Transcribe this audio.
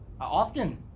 Often